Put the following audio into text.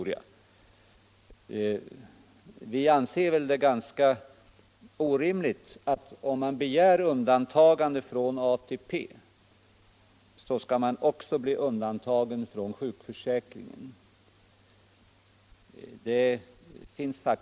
Vi reservanter anser det ganska orimligt att den som begär undantagande från ATP också skall bli undantagen från sjukförsäkringen.